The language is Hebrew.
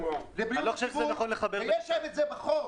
הוא בריאות הציבור ויש להם את זה בחוק.